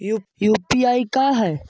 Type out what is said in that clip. UPI का है?